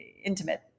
intimate